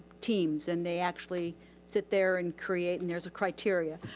teams. and they actually sit there and create. and there's a criteria.